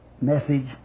message